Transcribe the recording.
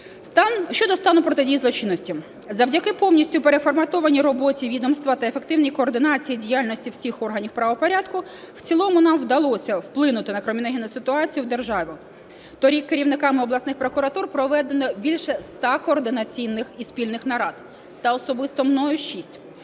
Щодо стану протидії злочинності. Завдяки повністю переформатованій роботі відомства та ефективній координації діяльності всіх органів правопорядку, в цілому нам вдалося вплинути на криміногенну ситуацію в державі. Торік керівниками обласних прокуратур проведено більше 100 координаційних і спільних нарад та особисто мною – 6.